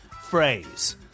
phrase